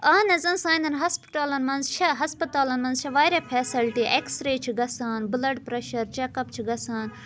اَہن حظ سانیٚن ہَاسپِٹَلَن منٛز چھےٚ ہَسپَتالَن منٛز چھےٚ واریاہ فیسَلٹی ایٚکٕس رے چھِ گَژھان بٕلَڈ پریٚشَر چَک اَپ چھِ گَژھان